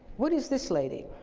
what is this lady?